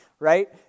right